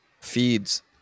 feeds